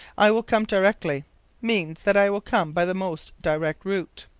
i will come directly means that i will come by the most direct route.